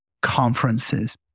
conferences